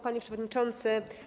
Panie Przewodniczący!